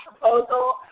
proposal